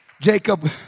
Jacob